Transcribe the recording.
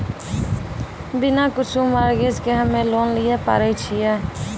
बिना कुछो मॉर्गेज के हम्मय लोन लिये पारे छियै?